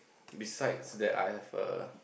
besides that I have a